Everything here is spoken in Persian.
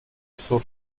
سفره